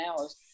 hours